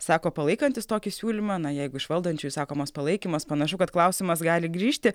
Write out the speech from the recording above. sako palaikantis tokį siūlymą na jeigu iš valdančiųjų sakomas palaikymas panašu kad klausimas gali grįžti